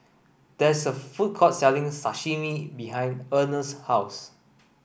there is a food court selling Sashimi behind Ernest's house